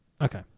Okay